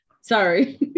Sorry